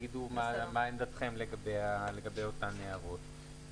תגידו מה עמדתכם לגבי אותן הערות.